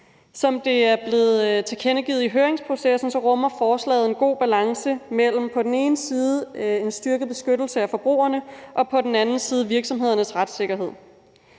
Som det er blevet tilkendegivet i høringsprocessen, rummer forslaget en god balance mellem på den ene side en styrket beskyttelse af forbrugerne og på den anden side virksomhedernes retssikkerhed.